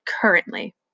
currently